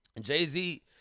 Jay-Z